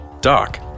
Doc